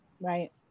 Right